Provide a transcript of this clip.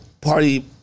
party